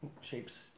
shapes